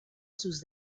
sus